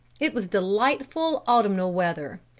it was delightful autumnal weather.